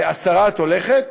השרה, את הולכת?